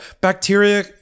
Bacteria